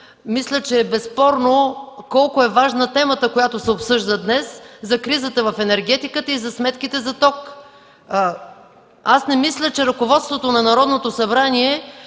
Мисля, че е безспорно колко е важна темата, която се обсъжда днес, за кризата в енергетиката и за сметките за ток. Аз не мисля, че ръководството на Народното събрание